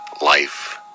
life